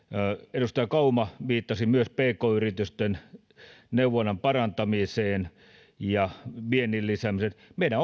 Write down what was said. edustaja kauma viittasi myös pk yritysten neuvonnan parantamiseen ja viennin lisäämiseen meidän